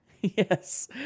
Yes